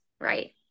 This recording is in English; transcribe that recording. Right